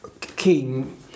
king